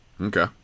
Okay